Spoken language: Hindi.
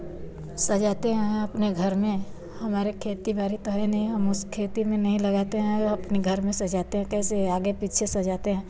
सजाते हैं अपने घर में हमारे खेती बाड़ी तो है नहीं हम उस खेती में लगाते हैं वह अपनी घर में सजाते है कैसे आगे पीछे सजाते हैं